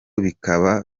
bikaba